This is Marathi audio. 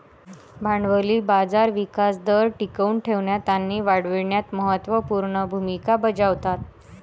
भांडवली बाजार विकास दर टिकवून ठेवण्यात आणि वाढविण्यात महत्त्व पूर्ण भूमिका बजावतात